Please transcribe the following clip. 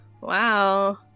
Wow